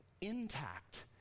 intact